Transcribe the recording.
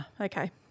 okay